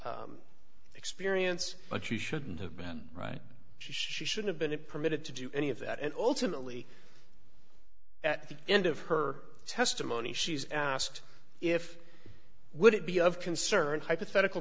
d experience but you shouldn't have been right she should have been permitted to do any of that and ultimately at the end of her testimony she was asked if would it be of concern hypothetical